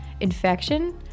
infection